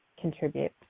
contribute